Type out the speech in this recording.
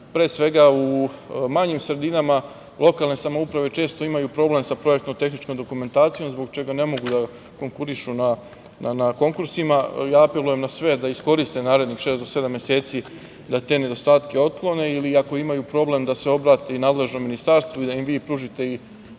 pre svega u manjim sredinama, lokalne samouprave imaju problem sa projektno tehničkom dokumentacijom, zbog čega ne mogu da konkurišu na konkursima. Apelujem na sve da iskoriste narednih 6 do 7 meseci, da te nedostatke otklone ili ako imaju problem, da se obrate i nadležnom Ministarstvu, i da im i vi pružite i